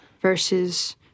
versus